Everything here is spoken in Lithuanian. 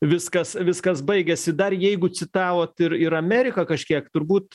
viskas viskas baigėsi dar jeigu citavot ir ir ameriką kažkiek turbūt